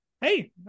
Hey